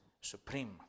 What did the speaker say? supreme